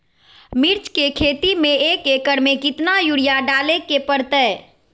मिर्च के खेती में एक एकर में कितना यूरिया डाले के परतई?